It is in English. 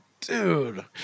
dude